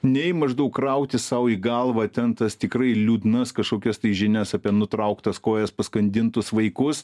nei maždaug krautis sau į galvą ten tas tikrai liūdnas kažkokias žinias apie nutrauktas kojas paskandintus vaikus